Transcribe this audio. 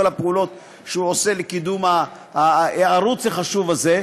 הפעולות שהוא עושה לקידום הערוץ החשוב הזה.